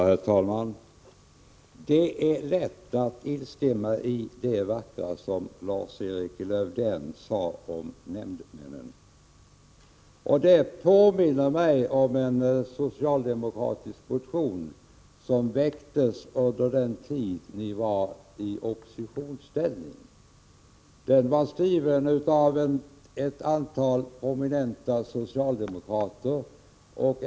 Herr talman! Det är lätt att instämma i det vackra som Lars-Erik Lövdén sade om nämndemännen. Jag påminns om en socialdemokratisk motion som väcktes under den tid då socialdemokraterna var i oppositionsställning. Motionen skrevs av ett antal prominenta socialdemokrater.